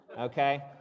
Okay